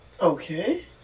Okay